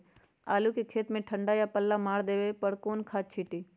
आलू के खेत में पल्ला या ठंडा मार देवे पर कौन खाद छींटी?